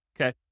okay